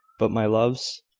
but, my loves,